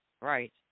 Right